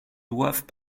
doivent